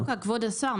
כבוד השר,